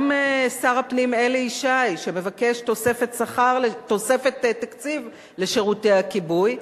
גם שר הפנים אלי ישי שמבקש תוספת תקציב לשירותי הכיבוי,